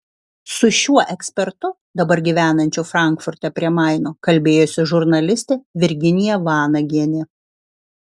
su šiuo ekspertu dabar gyvenančiu frankfurte prie maino kalbėjosi žurnalistė virginija vanagienė